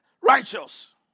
righteous